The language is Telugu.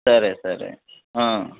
సరే సరే